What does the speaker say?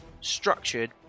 structured